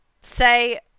Say